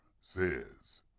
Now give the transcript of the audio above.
says